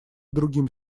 другим